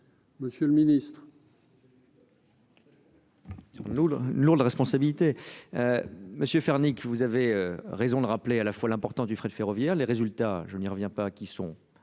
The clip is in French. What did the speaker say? monsieur le ministre,